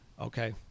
Okay